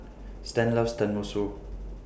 Stan loves Tenmusu